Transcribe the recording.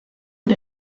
und